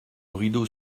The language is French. rideau